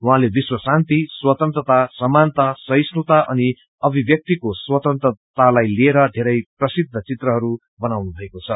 उहाँले विश्वशान्ति स्वतन्त्रता समानता सहिष्णुता अनि अभिव्यक्तिको स्वतन्त्रतालाई लिएर धेरै प्रसिद्ध चित्रहरू बनाउनु भएको छ